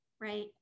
right